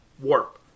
warp